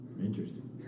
interesting